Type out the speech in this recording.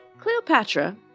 Cleopatra